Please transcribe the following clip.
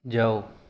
ਜਾਓ